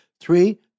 three